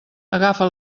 agafa